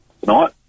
tonight